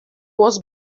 was